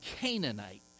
Canaanite